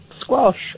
squash